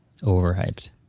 Overhyped